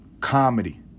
comedy